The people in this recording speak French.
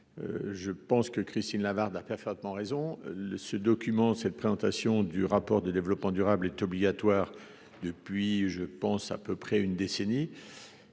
je pense que Christine Lavarde a parfaitement raison le ce document cette présentation du rapport de développement durable est obligatoire depuis, je pense à peu près une décennie,